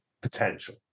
potential